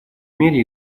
мере